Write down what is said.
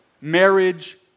marriage